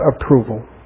approval